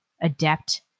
adept